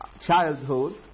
childhood